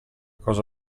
cosa